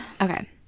Okay